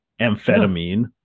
amphetamine